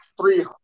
three